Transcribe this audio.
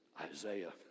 Isaiah